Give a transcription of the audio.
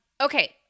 Okay